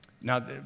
Now